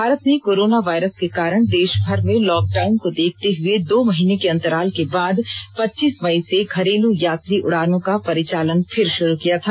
भारत ने coronavirus के कारण देशभर में लॉकडाउन को देखते हुए दो महीने के अंतराल के बाद पच्चीस मई से घरेलू यात्री उड़ानों का परिचालन फिर शुरू किया था